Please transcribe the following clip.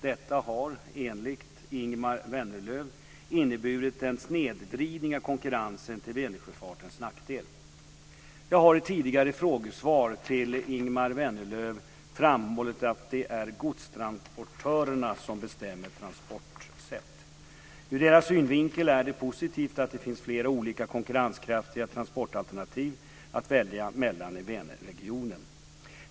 Detta har enligt Ingemar Vänerlöv inneburit en snedvridning av konkurrensen till Vänersjöfartens nackdel. Jag har i tidigare frågesvar till Ingemar Vänerlöv framhållit att det är godstransportörerna som bestämmer transportsätt. Ur deras synvinkel är det positivt att det finns flera olika konkurrenskraftiga transportalternativ att välja mellan i Vänerregionen.